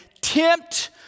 tempt